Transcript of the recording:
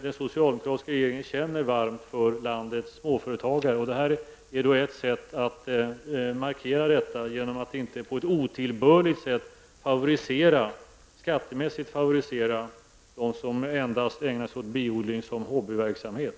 Den socialdemokratiska regeringen känner varmt för landets småföretagare, och här är ett sätt att markera detta genom att inte på ett otillbörligt sätt skattemässigt favorisera dem som endast ägnar sig åt biodling som hobbyverksamhet.